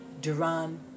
Duran